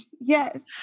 yes